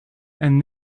and